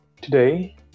Today